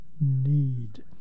need